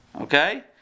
Okay